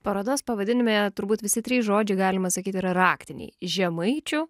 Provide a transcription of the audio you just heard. parodos pavadinime turbūt visi trys žodžiai galima sakyti yra raktiniai žemaičių